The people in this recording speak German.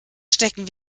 stecken